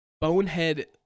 bonehead